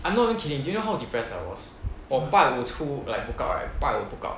I'm not kidding do you know how depressed I was 我拜五出 like book out right 拜五 book out